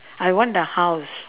I want the house